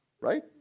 right